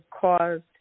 caused